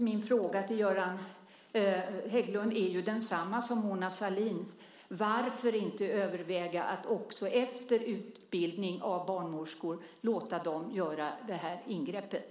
Min fråga till Göran Hägglund är densamma som Mona Sahlins: Varför inte överväga att också låta barnmorskor, efter utbildning, göra det här ingreppet?